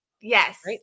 Yes